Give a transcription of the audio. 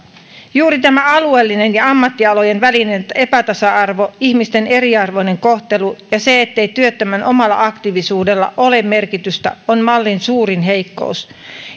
juuri tämä alueellinen ja ammattialojen välinen epätasa arvo ihmisten eriarvoinen kohtelu ja se ettei työttömän omalla aktiivisuudella ole merkitystä on mallin suurin heikkous